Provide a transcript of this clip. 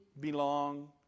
Belong